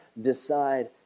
decide